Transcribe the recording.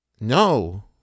No